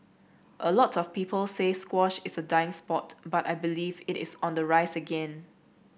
a lot of people say squash is a dying sport but I believe it is on the rise again